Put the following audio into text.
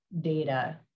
data